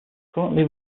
currently